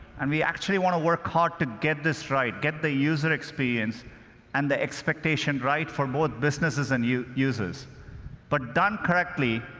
and we actually want to work hard to get this right get the user experience and the expectation right for both businesses and users. but, done correctly,